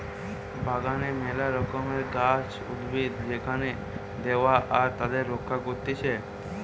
বাগানে মেলা রকমের গাছ, উদ্ভিদ যোগান দেয়া আর তাদের রক্ষা করতিছে